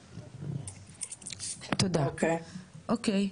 תודה, אוקי.